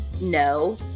no